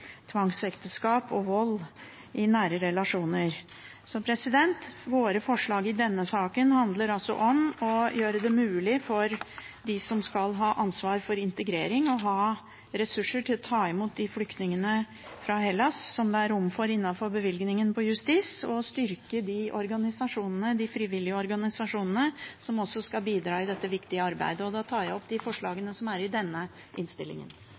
tvangsekteskap og vold i nære relasjoner. Så våre forslag i denne saken handler om å gjøre det mulig for dem som skal ha ansvar for integrering, å ha ressurser til å ta imot de flyktningene fra Hellas som det er rom for innenfor bevilgningen på Justis- og beredskapsdepartementets budsjett, og styrke de frivillige organisasjonene som også skal bidra i dette viktige arbeidet. Jeg tar opp våre forslag i denne innstillingen.